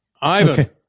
Ivan